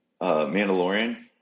Mandalorian